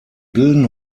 bilden